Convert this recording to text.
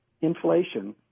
inflation